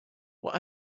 what